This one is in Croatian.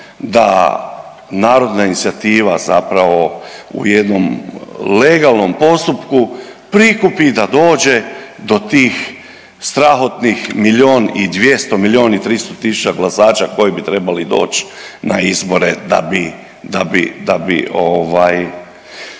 da narodna inicijativa zapravo u jednom legalnom postupku prikupi i da dođe do tih strahotnih miljon i 200, miljon i 300.000 glasača koji bi trebali doć na izbore da bi ispunili te